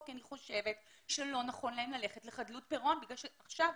כי אני חושבת שלא נכון להם ללכת לחדלות פירעון בגלל שעכשיו